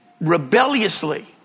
rebelliously